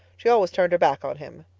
she always turned her back on him.